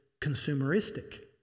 consumeristic